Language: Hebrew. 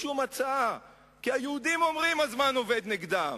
לשום הצעה, כי היהודים אומרים שהזמן עובד נגדם.